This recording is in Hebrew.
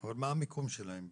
אבל מה המיקום שלהם?